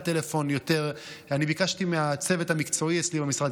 אני ביקשתי מהצוות המקצועי אצלי במשרד,